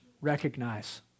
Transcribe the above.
recognize